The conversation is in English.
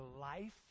life